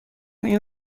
این